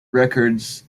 records